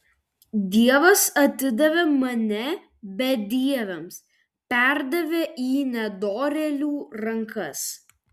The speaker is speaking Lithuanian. dievas atidavė mane bedieviams perdavė į nedorėlių rankas